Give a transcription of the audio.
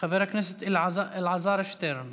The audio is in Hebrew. חבר הכנסת אלעזר שטרן.